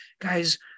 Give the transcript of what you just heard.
guys